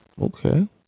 okay